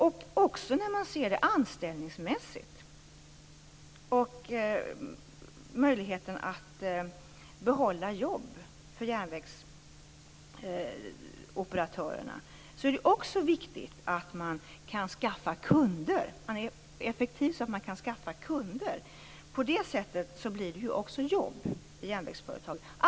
Också anställningsmässigt och när det gäller möjligheter att behålla jobb för järnvägsoperatörerna är det viktigt att man är så effektiv att man kan skaffa kunder. På det sättet blir det jobb i järnvägsföretag.